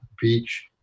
beach